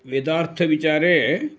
वेदार्थविचारे